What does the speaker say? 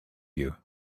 you